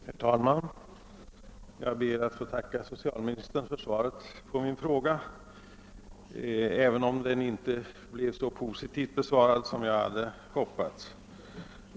Herr talman! Jag ber att få tacka socialministern för svaret på min fråga, även om frågan inte har blivit besvarad så positivt som jag hade hoppats.